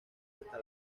hasta